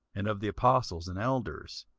and of the apostles and elders,